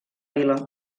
vila